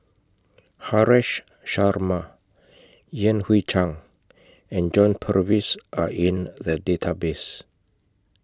Haresh Sharma Yan Hui Chang and John Purvis Are in The Database